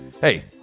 hey